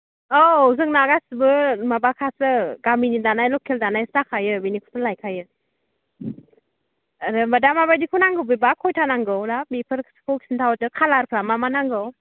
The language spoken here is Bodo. औ जोंना गासैबो माबाखासो गामिनि दानाय लकेल दानायसो जाखायो बिनिफ्रायनो लायखायो आरो दा माबायदिखौ नांगौ बेबा खैता बायदि नांगौ दा बेफोरखौ खोन्था हरदो कालारफ्रा मा मा नांगौ